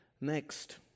Next